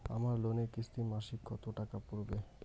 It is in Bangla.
আমার লোনের কিস্তি মাসিক কত টাকা পড়বে?